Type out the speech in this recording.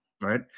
right